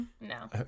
No